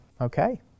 Okay